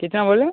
कितना बोलें